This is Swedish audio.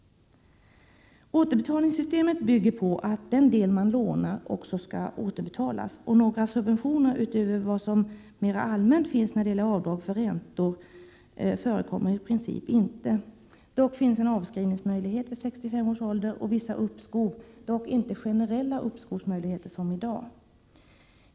Återbetalningssystemet bygger på att den del man lånar också skall återbetalas, och några subventioner utöver vad som mera allmänt finns när det gäller avdrag för räntor förekommer i princip inte. Dock finns en avskrivningsmöjlighet vid 65 års ålder, och vissa uppskov, dock inte generella uppskovsmöjligheter som i dag.